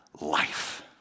life